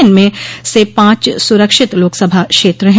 इनमें से पांच सुरक्षित लोकसभा क्षेत्र हैं